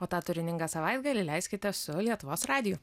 o tą turiningą savaitgalį leiskite su lietuvos radiju